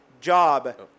job